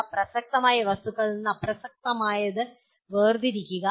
അപ്രസക്തമായ വസ്തുതകളിൽ നിന്ന് പ്രസക്തമായവ വേർതിരിക്കുക